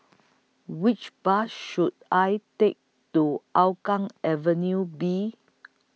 Which Bus should I Take to Hougang Avenue B